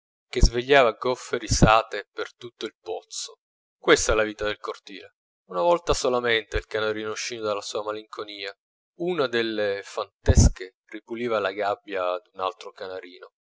che svegliava goffe risate per tutto il pozzo questa la vita del cortile una volta solamente il canarino uscì dalla sua malinconia una delle fantesche ripuliva la gabbia d'un altro canarino